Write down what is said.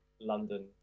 London